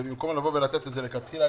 ובמקום לבוא ולתת את זה מלכתחילה,